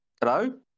Hello